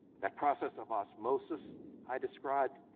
that process of osmosis i described,